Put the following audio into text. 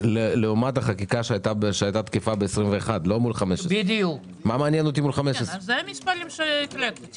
לעומת החקיקה שהייתה תקפה ב-2021 לא מול 2015. אלה המספרים שהקראתי.